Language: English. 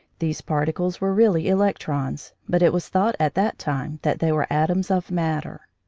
these particles were really electrons, but it was thought at that time that they were atoms of matter.